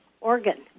organ